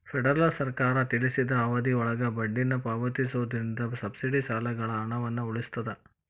federal ಸರ್ಕಾರ ತಿಳಿಸಿದ ಅವಧಿಯೊಳಗ ಬಡ್ಡಿನ ಪಾವತಿಸೋದ್ರಿಂದ ಸಬ್ಸಿಡಿ ಸಾಲಗಳ ಹಣವನ್ನ ಉಳಿಸ್ತದ